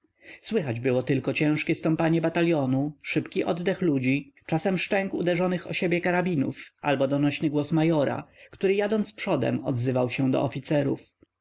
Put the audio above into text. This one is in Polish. słychać było tylko ciężkie stąpanie batalionu szybki oddech ludzi czasem szczęk uderzonych o siebie karabinów albo donośny głos majora który jadąc przodem odzywał się do oficerów